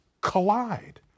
collide